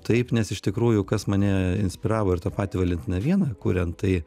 taip nes iš tikrųjų kas mane inspiravo ir tą patį valentiną vieną kuriant tai